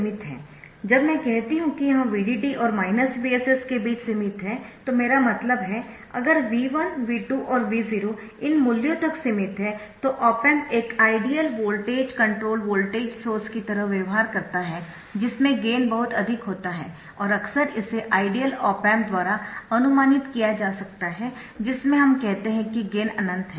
जब मैं कहती हूं कि यह VDD और VSS के बीच सीमित है तो मेरा मतलब है अगर V1 V2 और V0 इन मूल्यों तक सीमित है तो ऑप एम्प एक ideal voltage controlled voltage source की तरह व्यवहार करता है जिसमें गेन बहुत अधिक होता है और अक्सर इसे आइडियल ऑप एम्प द्वारा अनुमानित किया जा सकता है जिसमें हम कहते है कि गेन अनंत है